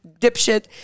dipshit